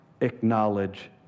acknowledge